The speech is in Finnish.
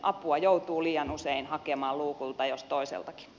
apua joutuu liian usein hakemaan luukulta jos toiseltakin